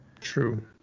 True